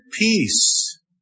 peace